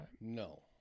No